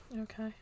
Okay